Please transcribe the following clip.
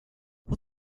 what